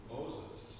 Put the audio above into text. Moses